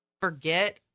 forget